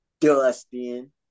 Dustin